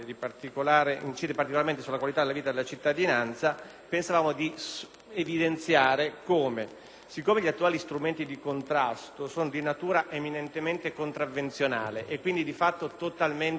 poiché gli attuali strumenti di contrasto sono di natura eminentemente contravvenzionale, sono di fatto totalmente inapplicabili e si mostrano totalmente inefficaci a debellare questo fenomeno,